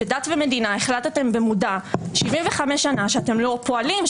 בדת ומדינה החלטתם במודע 75 שנה שאתם לא פועלים,